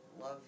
love